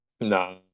No